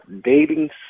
dating